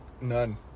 None